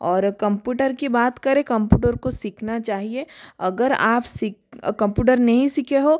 और कम्पुटर की बात करे कम्पुटर को सीखना चाहिए अगर आप सीख कम्पुटर नहीं सीखे हो